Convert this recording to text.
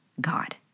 God